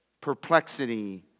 perplexity